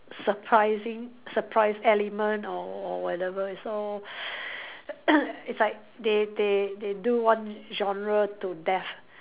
surprising surprise element or or whatever it's all it's like they they they do one genre to death